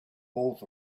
both